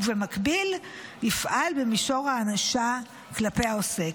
ובמקביל יפעל במישור הענישה כלפי העוסק.